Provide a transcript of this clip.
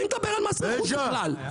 מי מדבר על מס רכוש בכלל?